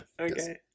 Okay